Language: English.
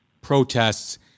protests